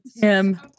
Tim